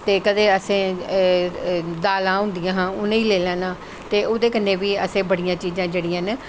ते कदैं असैं दालां होंदियां हां असैं उ'नें गी लेई लैना ते ओह्दे कन्नै बी असैं बड़ियां चीजां जेह्ड़ियां न